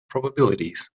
probabilities